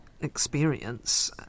experience